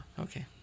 okay